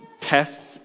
tests